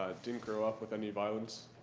didn't grow up with any violence,